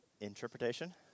Interpretation